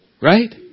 Right